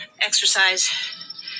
exercise